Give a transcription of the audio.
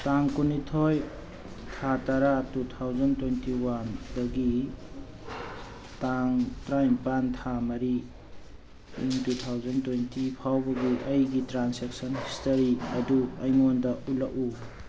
ꯇꯥꯡ ꯀꯨꯟꯅꯤꯊꯣꯏ ꯊꯥ ꯇꯔꯥ ꯇꯨ ꯊꯥꯎꯖꯟ ꯇ꯭ꯋꯦꯟꯇꯤ ꯋꯥꯟ ꯗꯒꯤ ꯇꯥꯡ ꯇꯔꯥꯅꯤꯄꯥꯟ ꯊꯥ ꯃꯔꯤ ꯏꯪ ꯇꯨ ꯊꯥꯎꯖꯟ ꯇ꯭ꯋꯦꯟꯇꯤ ꯐꯥꯎꯕꯒꯤ ꯑꯩꯒꯤ ꯇ꯭ꯔꯥꯟꯁꯦꯛꯁꯟ ꯍꯤꯁꯇꯣꯔꯤ ꯑꯗꯨ ꯑꯩꯉꯣꯟꯗ ꯎꯠꯂꯛꯎ